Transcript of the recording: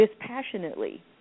dispassionately